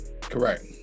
correct